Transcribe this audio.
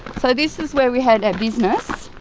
so this is where we had our business.